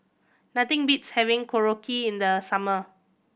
nothing beats having Korokke in the summer